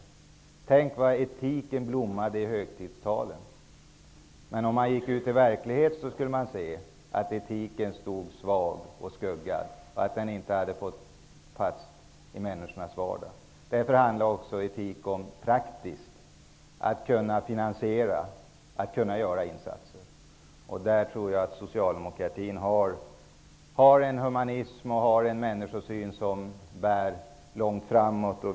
Tänk vad etiken blommade i högtidstalen. Men om man gick ut i verkligheten skulle man se att etiken stod svag och skuggad och att den inte hade fått plats i människornas vardag. Därför handlar etiken också om praktiska ting: att kunna finansiera, att kunna göra insatser. Jag tror att socialdemokratin har en humanism och en människosyn som bär långt.